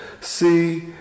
see